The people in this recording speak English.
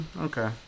Okay